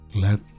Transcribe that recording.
Let